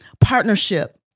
Partnership